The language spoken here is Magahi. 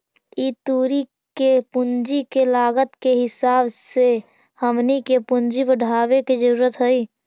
ई तुरी के पूंजी के लागत के हिसाब से हमनी के पूंजी बढ़ाबे के जरूरत हई